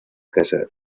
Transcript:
casa